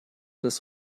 das